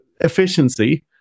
efficiency